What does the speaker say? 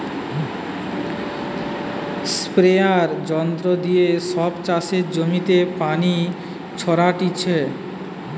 স্প্রেযাঁর যন্ত্র দিয়ে সব চাষের জমিতে পানি ছোরাটিছে